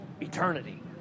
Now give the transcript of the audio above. eternity